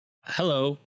Hello